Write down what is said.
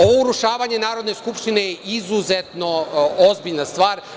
Ovo urušavanje Narodne skupštine je izuzetno ozbiljna stvar.